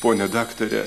pone daktare